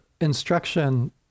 instruction